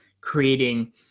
creating